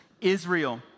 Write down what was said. Israel